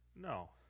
No